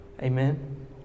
Amen